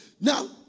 Now